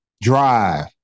drive